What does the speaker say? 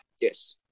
Yes